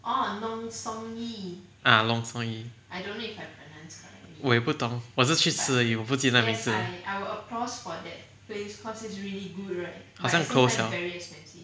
ah nunsongyee 我也不懂我只是去吃而已我不记得那个名字好像 close liao